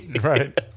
Right